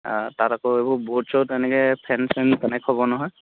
অঁ তাত আকৌ ব'ৰ্ড চ'ৰ্ড এনেকৈ ফেন চেন কানেক্ট হ'ব নহয়